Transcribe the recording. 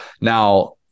Now-